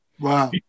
Wow